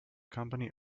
company